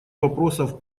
вопросов